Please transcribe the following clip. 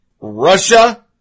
Russia